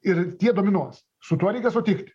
ir tie dominuos su tuo reikia sutikti